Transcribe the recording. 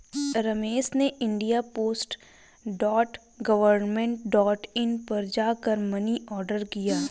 रमेश ने India post dot government dot in पर जा कर मनी ऑर्डर किया